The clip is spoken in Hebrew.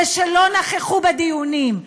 אלה שלא נכחו בדיונים: